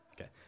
Okay